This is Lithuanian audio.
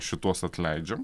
šituos atleidžiam